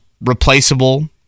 replaceable